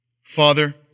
Father